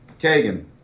Kagan